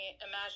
imagine